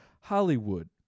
Hollywood